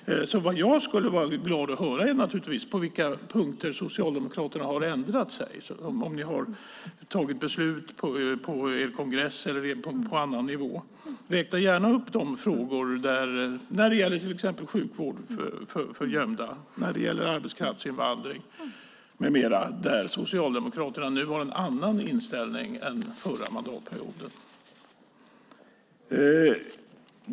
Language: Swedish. Vad jag skulle vara glad över att höra är naturligtvis på vilka punkter som Socialdemokraterna har ändrat sig och om ni har tagit beslut på er kongress eller på annan nivå. När det gäller till exempel sjukvård för gömda och när det gäller arbetskraftsinvandring med mera har Socialdemokraterna nu en annan inställning än under förra mandatperioden.